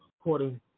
According